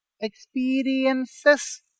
experiences